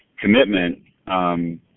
commitment